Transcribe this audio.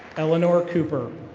eleanor cooper.